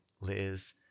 Liz